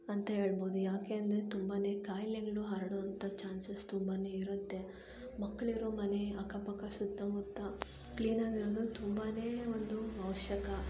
ಅಂತ ಹೇಳ್ಬೋದು ಯಾಕೆ ಅಂದರೆ ತುಂಬಾ ಕಾಯಿಲೆಗಳು ಹರಡುವಂತ ಚಾನ್ಸಸ್ ತುಂಬಾ ಇರುತ್ತೆ ಮಕ್ಕಳಿರೋ ಮನೆ ಅಕ್ಕಪಕ್ಕ ಸುತ್ತಮುತ್ತ ಕ್ಲೀನ್ ಆಗಿರೋದು ತುಂಬಾ ಒಂದು ಅವಶ್ಯಕ